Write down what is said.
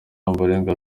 ombolenga